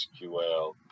SQL